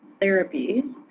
therapies